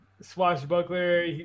swashbuckler